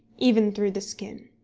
even through the skin.